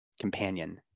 companion